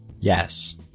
Yes